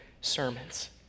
sermons